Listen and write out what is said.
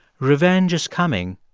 revenge is coming,